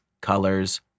colors